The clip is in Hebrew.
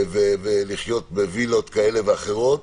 ולחיות בווילות כאלה ואחרות.